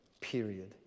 period